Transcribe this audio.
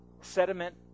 sediment